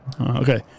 okay